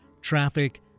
traffic